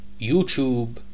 YouTube